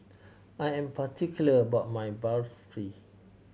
I am particular about my Barfi